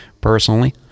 personally